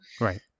Right